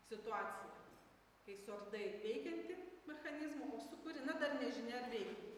situacija kai suardai veikiantį mechanizmą o sukuri na dar nežinia ar veikiantį